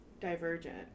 divergent